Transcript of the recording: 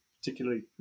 particularly